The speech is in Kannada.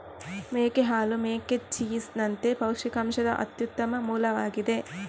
ಮೇಕೆ ಹಾಲು ಮೇಕೆ ಚೀಸ್ ನಂತೆ ಪೌಷ್ಟಿಕಾಂಶದ ಅತ್ಯುತ್ತಮ ಮೂಲವಾಗಿದೆ